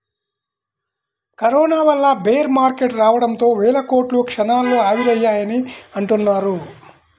corona వల్ల bear market రావడంతో వేల కోట్లు క్షణాల్లో ఆవిరయ్యాయని అంటున్నారు